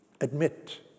Admit